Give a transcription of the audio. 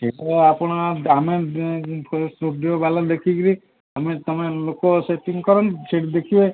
ସେଇ ତ ଆପଣ ଆମେ ଷ୍ଟୁଡ଼ିଓବାଲା ଦେଖିକିରି ଆମେ ତମେ ଲୋକ ସେଟିଂ କରନ୍ତି ସେଠି ଦେଖିବେ